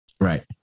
Right